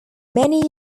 many